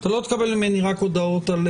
היא אומרת שהוא לא יקבל ממנה רק הודעות על